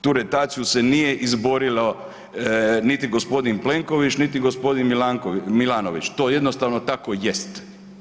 Tu rotaciju se nije izborilo niti gospodin Plenković, niti gospodin Milanović, to jednostavno tako jest.